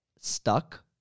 stuck